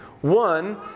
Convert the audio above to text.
One